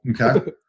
Okay